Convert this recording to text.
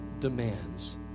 demands